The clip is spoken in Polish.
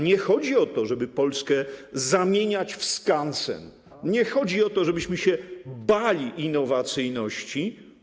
Nie chodzi o to, żeby Polskę zamieniać w skansen, nie chodzi o to, żebyśmy się bali innowacyjności.